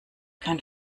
kein